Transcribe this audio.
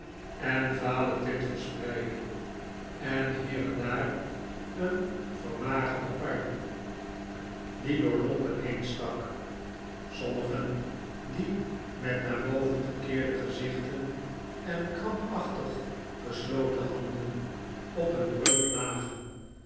gezocht r tint verspreidde en hier en daar een vermagerde arm die door lompen heenstak sommigen die met naar boven gekeerde gezichten en krampachtig gesloten handen op nun rug lagen